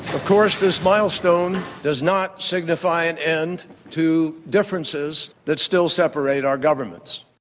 of course this milestone does not signify an end to differences that still separate our governments.